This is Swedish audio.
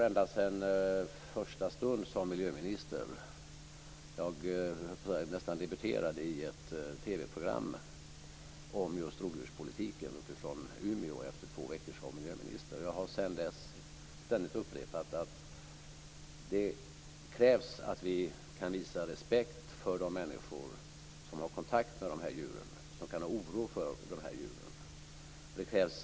Ända sedan första stund som miljöminister har jag - efter två veckor som miljöminister debuterade jag i ett TV-program från Umeå om just rovdjurspolitiken - har jag ständigt upprepat att det krävs att vi visar respekt för de människor som har kontakt med dessa rovdjur och som hyser oro inför dem.